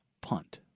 punt